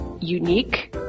unique